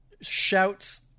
shouts